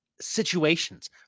situations